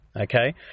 Okay